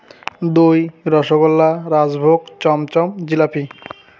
দুই রসগোল্লা রাসভোগ চমচম জিলিপি